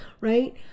right